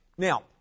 Now